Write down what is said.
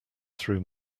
through